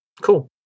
Cool